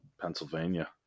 Pennsylvania